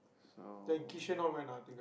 so